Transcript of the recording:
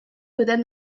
within